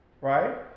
Right